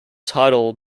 title